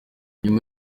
nyuma